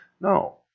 No